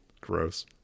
Gross